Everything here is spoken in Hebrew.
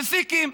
לסיקים,